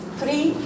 three